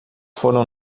foram